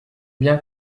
bien